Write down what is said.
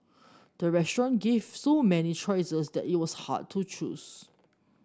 the restaurant gave so many choices that it was hard to choose